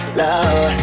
love